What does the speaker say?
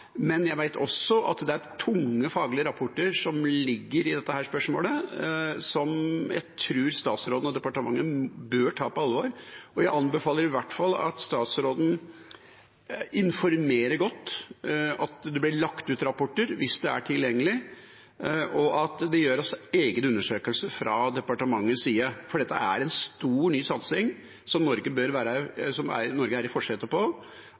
men jeg vet også at det er tunge faglige rapporter om dette spørsmålet som jeg tror statsråden og departementet bør ta på alvor. Jeg anbefaler i hvert fall at statsråden informerer godt, at rapporter blir lagt ut om de er tilgjengelige, og at det gjøres egne undersøkelser fra departementets side. Dette er en stor, ny satsing hvor Norge er i førersetet, og da tror jeg det er veldig viktig at vi har med oss hele kroppen, hele landet, på